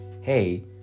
hey